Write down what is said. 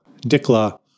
Dikla